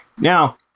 Now